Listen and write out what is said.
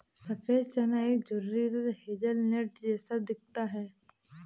सफेद चना एक झुर्रीदार हेज़लनट जैसा दिखता है